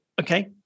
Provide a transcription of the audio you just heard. Okay